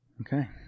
Okay